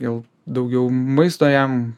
jau daugiau maisto jam